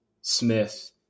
Smith